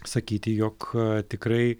sakyti jog tikrai